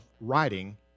writing